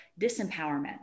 disempowerment